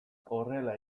horrela